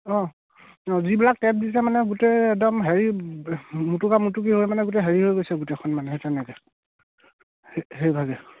অঁ অঁ যিবিলাক টেপ দিছে মানে গোটেই একদম হেৰি মোটোকা মোটোকি হৈ মানে গোটেই হেৰি হৈ গৈছে গোটেইখন মানে সেই তেনেকৈ সেই সেইভাগে